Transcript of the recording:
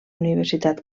universitat